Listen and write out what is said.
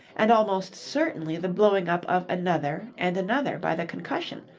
and almost certainly the blowing up of another and another by the concussion,